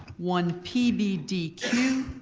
one p b d q,